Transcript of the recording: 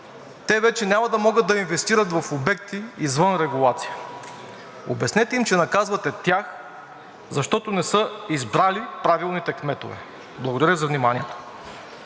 те вече няма да могат да инвестират в обекти извън регулация. Обяснете им, че наказвате тях, защото не са избрали правилните кметове. Благодаря за вниманието.